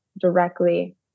directly